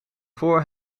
voor